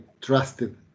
trusted